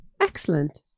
excellent